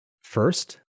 First